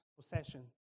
possession